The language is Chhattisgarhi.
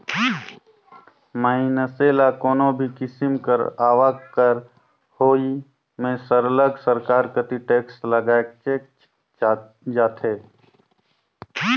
मइनसे ल कोनो भी किसिम कर आवक कर होवई में सरलग सरकार कती टेक्स लगाएच जाथे